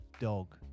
dog